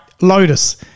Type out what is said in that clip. Lotus